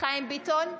חיים ביטון,